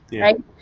right